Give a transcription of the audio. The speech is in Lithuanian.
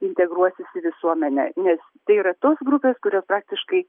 integruosis į visuomenę nes tai yra tos grupės kurios praktiškai